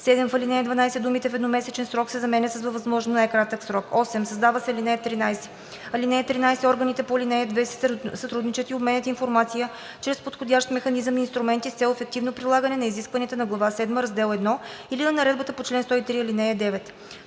7. В ал. 12 думите „В едномесечен срок“ се заменят с „Във възможно най-кратък срок“. 8. Създава се ал. 13: „(13) Органите по ал. 2 си сътрудничат и обменят информация чрез подходящ механизъм и инструменти с цел ефективно прилагане на изискванията на глава седма, раздел I или на наредбата по чл. 103, ал. 9.“